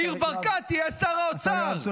ניר ברקת יהיה שר האוצר.